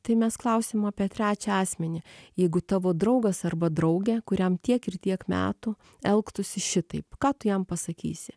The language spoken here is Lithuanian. tai mes klausim apie trečią asmenį jeigu tavo draugas arba draugė kuriam tiek ir tiek metų elgtųsi šitaip ką tu jam pasakysi